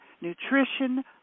nutrition